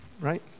right